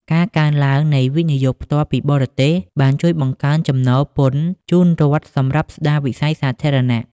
ការកើនឡើងនៃ វិនិយោគផ្ទាល់ពីបរទេស បានជួយបង្កើនចំណូលពន្ធជូនរដ្ឋសម្រាប់ស្ដារវិស័យសាធារណៈ។